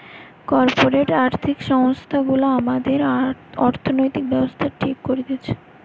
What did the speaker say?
corporate আর্থিক সংস্থা গুলা আমাদের অর্থনৈতিক ব্যাবস্থা ঠিক করতেছে